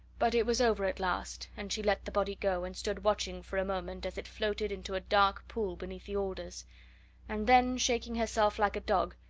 but it was over at last, and she let the body go, and stood watching for a moment as it floated into a dark pool beneath the alders and then, shaking herself like a dog,